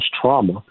trauma